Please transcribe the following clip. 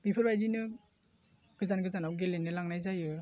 बेफोरबायदिनो गोजान गोजानाव गेलेनो लांनाय जायो